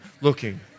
looking